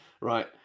Right